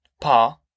Pa